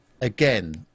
again